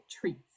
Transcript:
treats